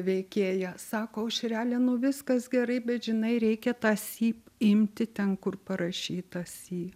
veikėja sako aušrele nu viskas gerai bet žinai reikia tą si imti ten kur parašyta si